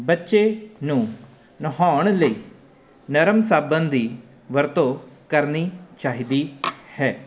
ਬੱਚੇ ਨੂੰ ਨਹਾਉਣ ਲਈ ਨਰਮ ਸਾਬਣ ਦੀ ਵਰਤੋਂ ਕਰਨੀ ਚਾਹੀਦੀ ਹੈ